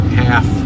half